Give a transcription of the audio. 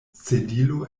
sedilo